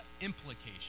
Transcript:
implication